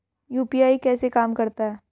UPI कैसे काम करता है?